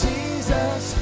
Jesus